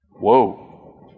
Whoa